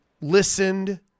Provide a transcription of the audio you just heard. listened